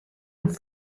een